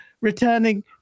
returning